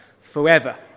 forever